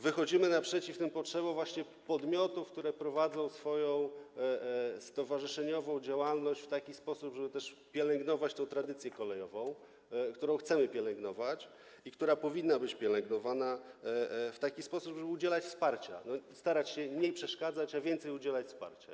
Wychodzimy naprzeciw potrzebom podmiotów, które prowadzą swoją stowarzyszeniową działalność w taki sposób, żeby pielęgnować tradycję kolejową, którą chcemy pielęgnować i która powinna być pielęgnowana tak, żeby udzielać wsparcia, tj. starać się mniej przeszkadzać, a więcej udzielać wsparcia.